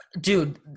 Dude